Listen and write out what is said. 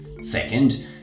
Second